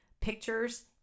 pictures